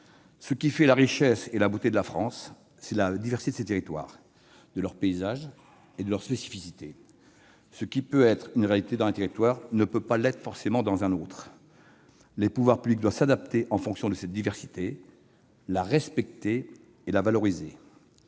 Ce qui fait la richesse et la beauté de la France, c'est la diversité de ses territoires, de leurs paysages, de leurs spécificités. Ce qui est une réalité dans un territoire ne l'est pas forcément dans un autre. Les pouvoirs publics doivent s'adapter en fonction de cette diversité, la respecter et la valoriser.